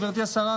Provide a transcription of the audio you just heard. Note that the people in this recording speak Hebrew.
גברתי השרה,